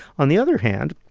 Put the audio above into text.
on the other hand,